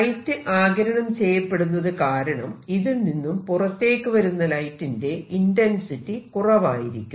light ആഗിരണം ചെയ്യപ്പെടുന്നത് കാരണം ഇതിൽ നിന്നും പുറത്തേക്കു വരുന്ന ലൈറ്റിന്റെ ഇന്റെൻസിറ്റി കുറവായിരിക്കും